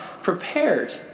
prepared